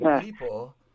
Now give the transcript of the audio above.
people